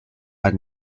are